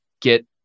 get